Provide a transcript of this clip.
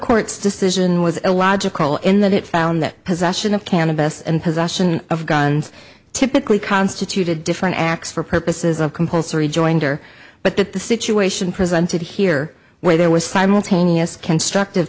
court's decision was illogical in that it found that possession of cannabis and possession of guns typically constituted different acts for purposes of compulsory jointer but that the situation presented here where there was simultaneous constructive